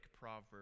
proverb